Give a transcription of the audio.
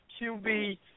QB